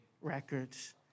records